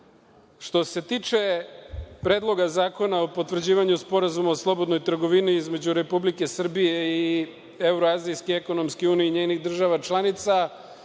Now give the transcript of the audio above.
se tiče Predloga zakona o potvrđivanju Sporazuma o slobodnoj trgovini između Republike Srbije i Evroazijske ekonomske unije i njenih država članica,